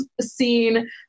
scene